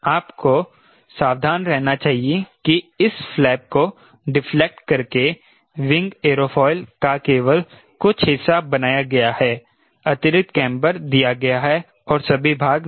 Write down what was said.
आपको सावधान रहना चाहिए कि इस फ्लैप को डिफ्लेक्ट करके विंग एयरोफॉयल का केवल कुछ हिस्सा बनाया गया है अतिरिक्त केंबर दिया गया है और सभी भाग नहीं